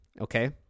Okay